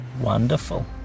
Wonderful